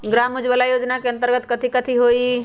ग्राम उजाला योजना के अंतर्गत कथी कथी होई?